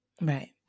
Right